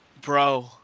Bro